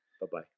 Bye-bye